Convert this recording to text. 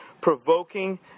provoking